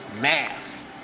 math